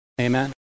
Amen